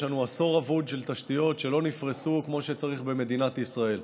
יש לנו עשור אבוד של תשתיות שלא נפרסו כמו שצריך במדינת ישראל,